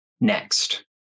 next